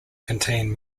contain